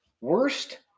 worst